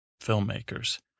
filmmakers